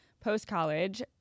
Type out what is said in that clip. Post-college